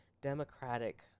democratic